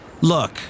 Look